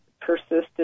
persisted